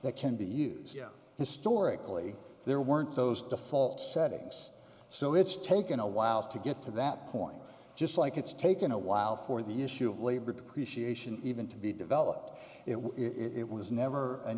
that can be used historically there weren't those default settings so it's taken a while to get to that point just like it's taken a while for the issue of labor depreciation even to be developed it was it was never an